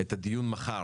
את הדיון מחר.